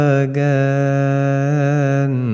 again